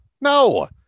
no